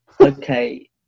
Okay